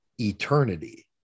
eternity